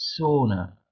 sauna